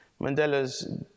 Mandela's